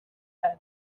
head